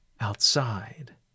outside